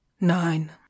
nine